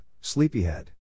sleepyhead